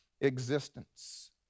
existence